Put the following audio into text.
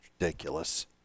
Ridiculous